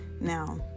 Now